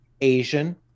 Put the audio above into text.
Asian